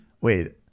wait